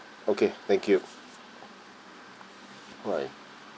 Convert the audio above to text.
okay thank you bye